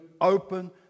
open